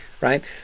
right